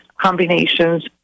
combinations